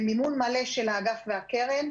במימון מלא של האגף והקרן,